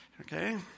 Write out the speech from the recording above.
Okay